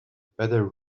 better